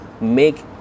make